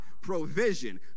provision